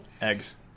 Eggs